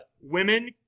Women